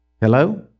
Hello